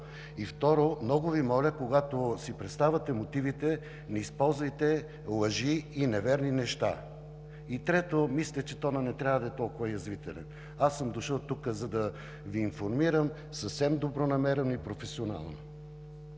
Второ, много Ви моля, когато си представяте мотивите, не използвайте лъжи и неверни неща. Трето, мисля, че тонът не трябва да е толкова язвителен. Дошъл съм тук, за да Ви информирам съвсем добронамерено и професионално.